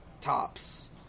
tops